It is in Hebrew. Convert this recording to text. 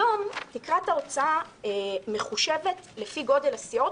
היום תקרת ההוצאה מחושבת לפי גודל הסיעות,